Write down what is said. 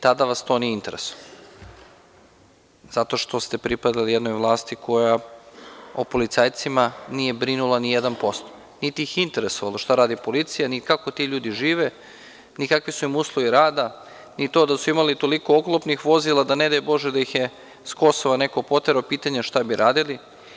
Tada vas to nije interesovalo zato što ste pripadali jednoj vlasti koja o policajcima nije brinula nijedan posto, niti ih je interesovalo šta radi policija ni kako ti ljudi žive ni kakvi su im uslovi rada ni to da su imali toliko oklopnih vozila, da ne daj bože da ih je neko sa Kosova poterao, pitanje je šta bi radili.